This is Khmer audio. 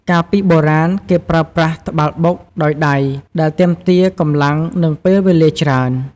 កាលពីបុរាណ គេប្រើប្រាស់ ត្បាល់បុក ដោយដៃ ដែលទាមទារកម្លាំង និងពេលវេលាច្រើន។